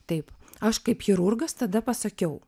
taip aš kaip chirurgas tada pasakiau